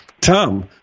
Tom